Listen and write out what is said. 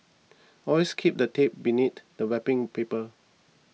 always keep the tape beneath the wrapping paper